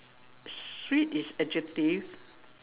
sweet is adjective